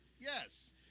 yes